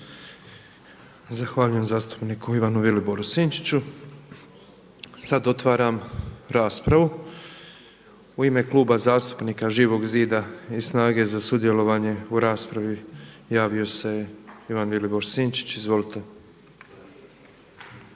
Zahvaljujem zastupniku Ivanu Viliboru Sinčiću. Sada otvaram raspravu. U ime Kluba zastupnika Živog zida i SNAGA-e za sudjelovanje u raspravi javio se Ivan Vilibor Sinčić. Izvolite.